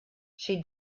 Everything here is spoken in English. she